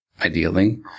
ideally